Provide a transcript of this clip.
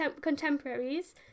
contemporaries